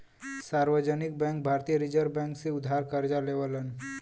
सार्वजनिक बैंक भारतीय reserve bank से उधार करजा लेवलन